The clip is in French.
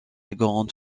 grande